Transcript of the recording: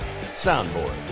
soundboard